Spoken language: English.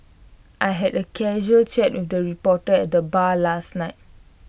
I had A casual chat with A reporter at the bar last night